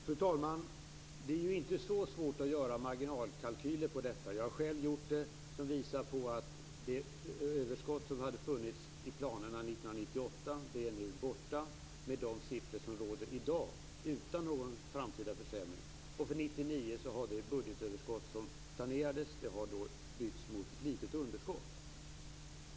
Fru talman! Det är inte svårt att göra marginalkalkyler på detta. Jag har själv gjort sådana. De visar att det överskott som hade funnits i planerna 1998 nu är borta med de siffror som gäller i dag utan någon framtida försämring. För 1999 har det budgetöverskott som planerats bytts mot ett litet underskott.